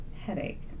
headache